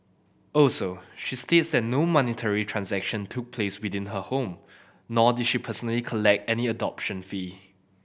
also she states that no monetary transaction took place within her home nor did she personally collect any adoption fee